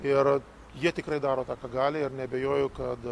ir jie tikrai daro tą ką gali ir neabejoju kad